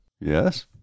Yes